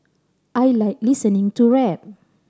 I like listening to rap